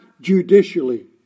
judicially